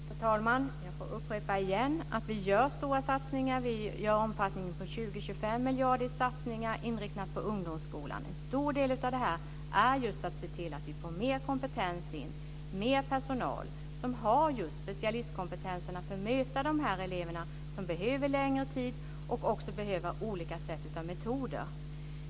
Fru talman! Jag får återigen upprepa att vi gör stora satsningar. Vi gör satsningar värda 20-25 miljarder inriktade på ungdomsslolan. En stor del av detta är just att se till att vi får in mer kompetens och mer personal som har specialistkompetens för att möta de elever som behöver längre tid och andra metoder.